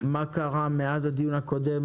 מה קרה מאז הדיון הקודם,